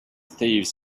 thieves